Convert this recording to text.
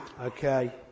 Okay